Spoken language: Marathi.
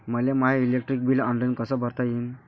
मले माय इलेक्ट्रिक बिल ऑनलाईन कस भरता येईन?